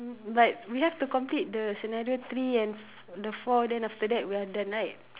but we have to complete the scenario three and the four then after that we are done right